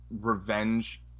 revenge